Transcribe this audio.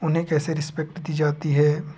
उन्हें कैसे रिस्पेक्ट दी जाती है